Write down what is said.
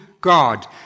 God